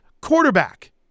quarterback